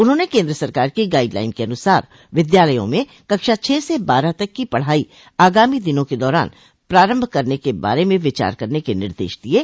उन्होंने केन्द्र सरकार की गाइड लाइन के अनुसार विद्यालयों में कक्षा छह से बारह तक की पढ़ाई आगामी दिनों के दौरान प्रारम्भ करने के बारे में विचार करने के निर्देश दिये